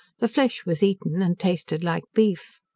the flesh was eaten, and tasted like beef.